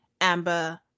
Amber